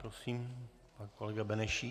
Prosím, pan kolega Benešík.